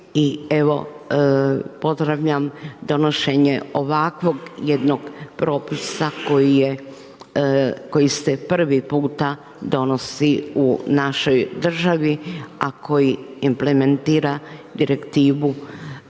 i evo, pozdravljam donošenje ovakvog jednog propisa koji se prvi puta donosi u našoj državi a koji implementira direktivu